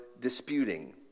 disputing